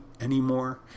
anymore